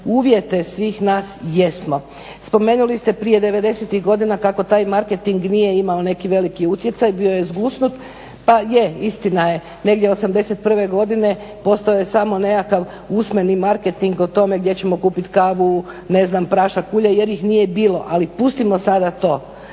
uvjete svih nas jesmo. Spomenuli ste prije 90.-tih godina kako taj marketing nije imao neki veliki utjecaj, bio je zgusnut, pa je istina je, negdje 81.-e godine postojao je samo nekakav usmeni marketing gdje ćemo kupiti kavu, ne znam prašak, ulje jer ih nije bilo, ali pustimo sada to.